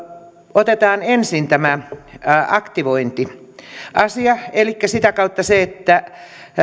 otetaan ensin tämä aktivointiasia elikkä se että